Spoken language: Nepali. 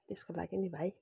त्यसको लागि नि भाइ